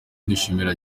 dushimira